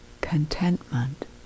contentment